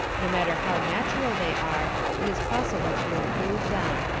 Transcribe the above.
no matter how natural they are, it is possible to improve them.